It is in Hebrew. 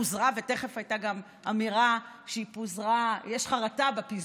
פוזרה ותכף הייתה גם אמירה שיש חרטה על הפיזור.